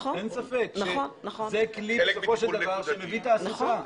אין ספק שזה כלי שמביא תעסוקה.